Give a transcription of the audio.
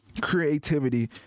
creativity